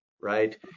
right